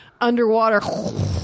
Underwater